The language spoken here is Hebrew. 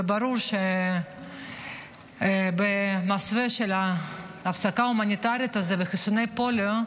ברור שבמסווה של הפסקה הומניטרית וחיסוני פוליו.